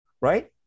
right